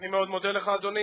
אני מאוד מודה לך, אדוני.